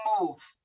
move